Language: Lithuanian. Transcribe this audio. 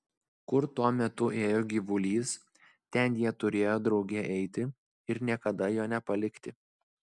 kur tuo metu ėjo gyvulys ten jie turėjo drauge eiti ir niekada jo nepalikti